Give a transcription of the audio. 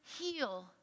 heal